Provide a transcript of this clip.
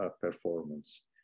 performance